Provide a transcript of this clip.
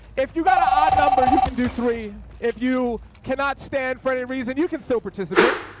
if you got a odd number, you can do three. if you cannot stand for any reason, you can still participate.